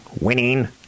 Winning